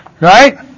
right